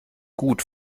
gut